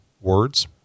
words